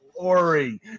glory